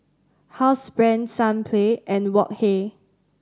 Housebrand Sunplay and Wok Hey